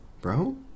bro